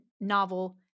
novel